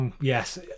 yes